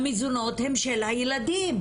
המזונות הם של הילדים.